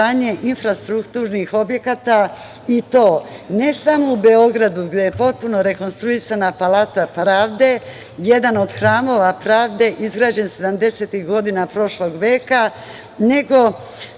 infrastrukturnih objekata i to, ne samo u Beogradu gde je potpuno rekonstruisana Palata Pravde, jedan od hramova pravde izgrađen sedamdesetih godina prošlog veka, nego